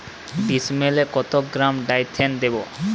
ডিস্মেলে কত গ্রাম ডাইথেন দেবো?